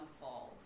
Falls